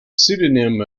pseudonym